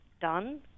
done